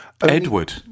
Edward